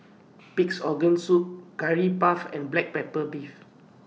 Pig'S Organ Soup Curry Puff and Black Pepper Beef